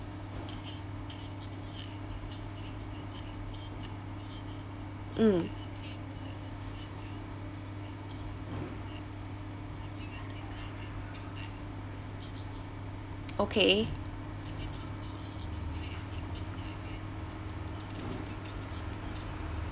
mm okay